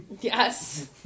Yes